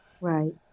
Right